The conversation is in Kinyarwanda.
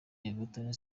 everton